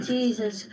Jesus